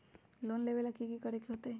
Loan लेबे ला की कि करे के होतई?